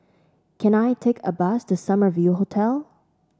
can I take a bus to Summer View Hotel